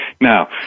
Now